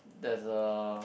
there's a